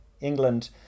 England